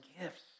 gifts